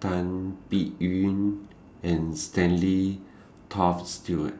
Tan Biyun and Stanley Toft Stewart